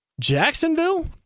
Jacksonville